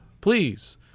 Please